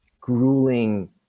grueling